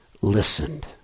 listened